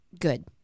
Good